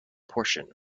portion